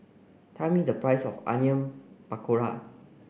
tell me the price of Onion Pakora